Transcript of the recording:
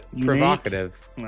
provocative